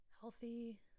healthy